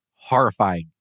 Horrifying